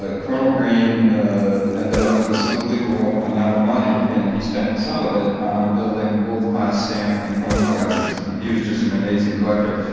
ah colonel green ended up with this unbelievable amount of money and he spent some of it on building world-class stamp and coin collections. and he was just an amazing collector.